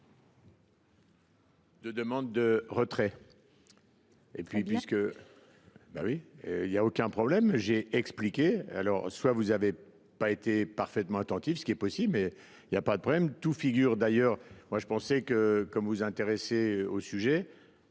une demande de retrait,